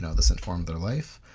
and this informed their life.